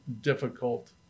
difficult